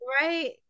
right